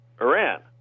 Iran